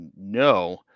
No